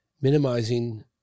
minimizing